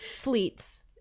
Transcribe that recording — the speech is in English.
Fleets